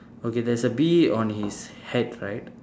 okay there's a bee on his hat right